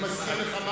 אני מזכיר לך,